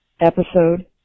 episode